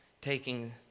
Taking